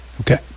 Okay